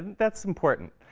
that's important.